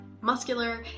muscular